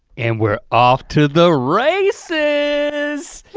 and we're off to the races!